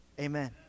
amen